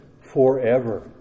forever